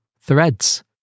threads